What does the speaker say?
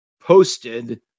posted